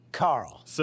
Carl